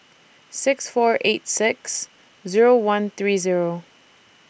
six four eight six Zero one three Zero